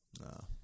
No